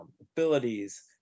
abilities